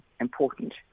Important